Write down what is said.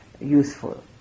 useful